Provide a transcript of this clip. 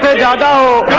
ah ah da